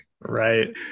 Right